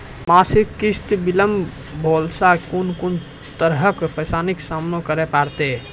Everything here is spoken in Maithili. मासिक किस्त बिलम्ब भेलासॅ कून कून तरहक परेशानीक सामना करे परतै?